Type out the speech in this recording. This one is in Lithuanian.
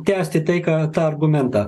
tęsti tai ką tą argumentą